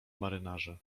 marynarze